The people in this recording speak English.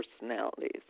personalities